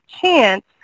chance